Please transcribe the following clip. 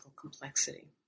complexity